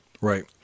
Right